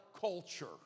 culture